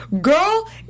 Girl